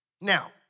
now